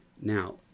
Now